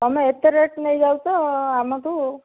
ତମେ ଏତେ ରେଟ୍ ନେଇଯାଉଛ ଆମଠୁ